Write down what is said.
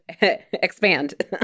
Expand